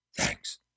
Thanks